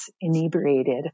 inebriated